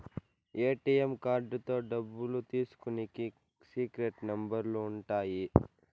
ATM కార్డుతో డబ్బులు తీసుకునికి సీక్రెట్ నెంబర్లు ఉంటాయి